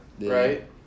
Right